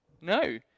No